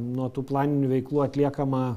nuo tų planinių veiklų atliekamą